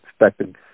expected